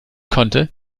konnte